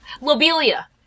Lobelia